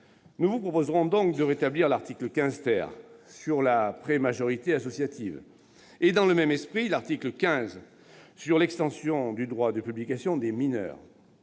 Nous vous proposerons donc de rétablir l'article 15 , relatif à la prémajorité associative, et, dans le même esprit, l'article 15, sur l'extension du droit de publication des mineurs.